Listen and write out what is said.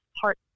heart